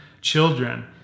Children